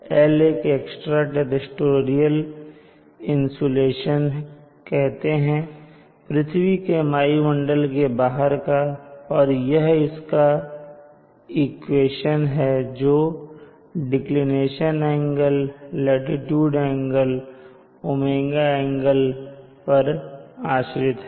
L को extraterrestrial insolation कहते हैं पृथ्वी के वायुमंडल के बाहर का और यह इसका इक्वेशन है जो डिक्लिनेशन एंगल लाटीट्यूड एंगल और ओमेगा एंगल पर आश्रित है